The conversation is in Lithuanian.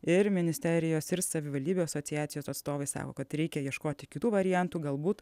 ir ministerijos ir savivaldybių asociacijos atstovai sako kad reikia ieškoti kitų variantų galbūt